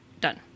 done